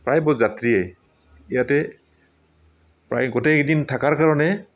প্ৰায়বোৰ যাত্ৰীয়ে ইয়াতে প্ৰায় গোটেইকেইদিন থকাৰ কাৰণে